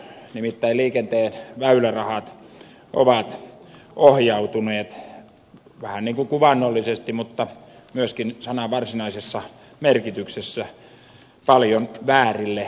nimittäin liikenteen väylärahat ovat ohjautuneet vähän ikään kuin kuvaannollisesti mutta myöskin sanan varsinaisessa merkityksessä paljon väärille urille